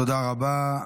תודה רבה.